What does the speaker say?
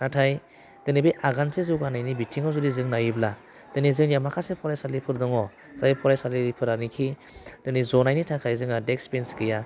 नाथाइ दिनै बे आगानसे जौगानायनि बिथिङाव जुदि जों नायोब्ला दिनै जोंनिया माखासे फरायसालिफोर दङ जाय फरायसालिफोरा नाखि जोंनि जनायनि थाखाय जोङा बेन्स देक्स गैया